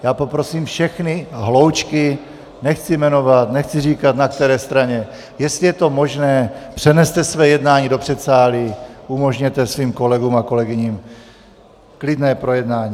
Já poprosím všechny hloučky, nechci jmenovat, nechci říkat, na které straně, jestli je to možné, přeneste své jednání do předsálí, umožněte svým kolegům a kolegyním klidné projednání.